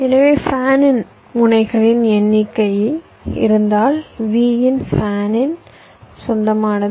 எனவே ஃபேன் இன் முனைகளின் எண்ணிக்கை இருந்தால் v இன் ஃபேன் இன் சொந்தமானது